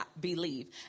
believe